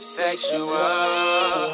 sexual